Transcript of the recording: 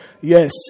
Yes